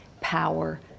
power